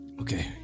Okay